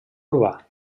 urbà